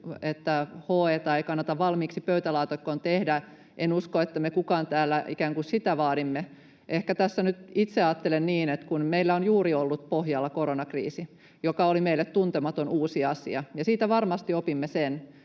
että HE:tä ei kannata valmiiksi pöytälaatikkoon tehdä. En usko, että meistä kukaan täällä ikään kuin sitä vaatii. Ehkä tässä nyt itse ajattelen niin, että kun meillä on juuri ollut pohjalla koronakriisi, joka oli meille tuntematon, uusi asia, siitä varmasti opimme sen,